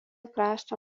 krašto